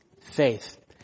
faith